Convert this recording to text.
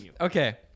Okay